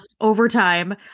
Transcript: overtime